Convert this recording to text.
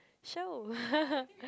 show